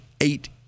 eight